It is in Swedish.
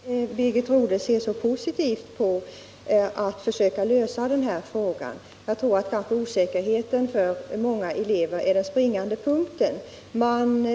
Herr talman! Jag är mycket tacksam för att Birgit Rodhe är så positivt inställd när det gäller att försöka lösa denna fråga. Jag tror att osäkerheten hos många är den springande punkten — man